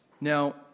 Now